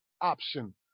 option